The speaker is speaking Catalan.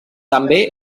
també